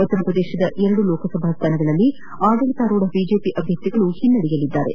ಉತ್ತರ ಪ್ರದೇಶದ ಎರಡೂ ಲೋಕಸಭಾ ಸ್ಥಾನಗಳಲ್ಲಿ ಆಡಳಿತಾರೂಢ ಬಿಜೆಪಿ ಅಭ್ಯರ್ಥಿಗಳು ಹಿನ್ನೆಡೆಯಲ್ಲಿದ್ದಾರೆ